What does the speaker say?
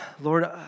Lord